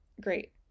great